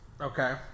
Okay